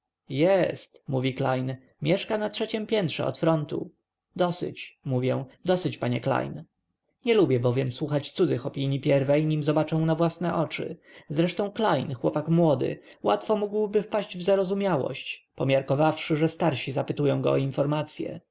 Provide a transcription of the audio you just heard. jest mówi klejn krzywiąc się mieszka na trzeciem piętrze od frontu dosyć mówię dosyć panie klejn nie lubię bowiem słuchać cudzych opinij pierwiej nim zobaczę na własne oczy zresztą klejn chłopak młody łatwo mógłby wpaść w zarozumiałość pomiarkowawszy że starsi zapytują go o informacye